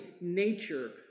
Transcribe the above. nature